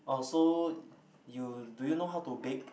oh so you do you know how to bake